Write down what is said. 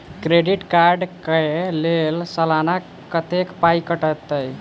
Credit card कऽ लेल सलाना कत्तेक पाई कटतै?